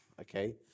okay